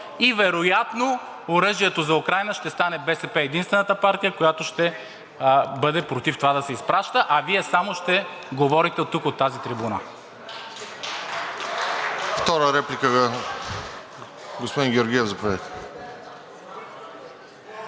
и вероятно за оръжието за Украйна БСП ще стане единствената партия, която ще бъде против това да се изпраща, а Вие само ще говорите тук от тази трибуна.